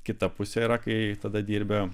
kita pusė yra kai tada dirbi